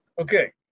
okay